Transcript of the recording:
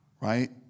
right